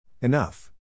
Enough